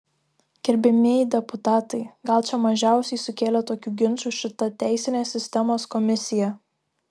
gerbiamieji deputatai gal čia mažiausiai sukėlė tokių ginčų šita teisinės sistemos komisija